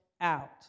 out